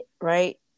right